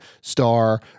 star